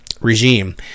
regime